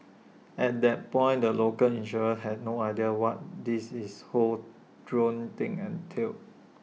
at that point the local insurers had no idea what this is whole drone thing entailed